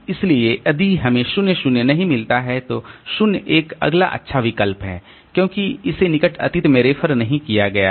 इसलिए यदि हमें 0 0 नहीं मिलता है तो 0 1 अगला अच्छा विकल्प है क्योंकि इसे निकट अतीत में रेफर नहीं किया गया है